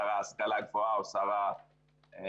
שר ההשכלה הגבוהה או שר המדע,